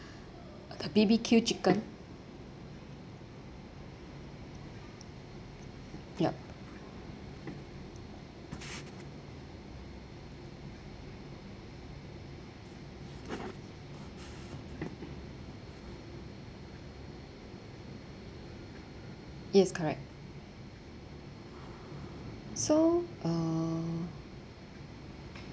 B_B_Q chicken yup yes correct so uh